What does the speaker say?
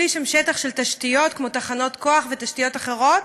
שליש הוא שטח של תשתיות כמו תחנות כוח ותשתיות אחרות,